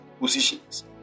positions